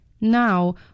Now